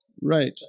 Right